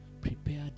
prepared